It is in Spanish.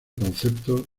conceptos